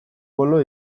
bolo